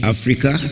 Africa